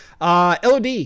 LOD